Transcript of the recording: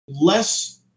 less